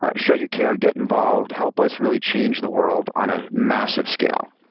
ah show you care. get involved. help us really change the world on a massive scale.